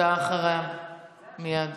אתה אחריו מייד.